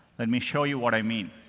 let me show you what i mean.